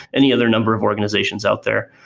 any other number of organizations out there.